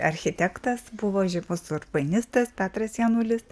architektas buvo žymus urbanistas petras janulis